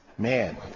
Man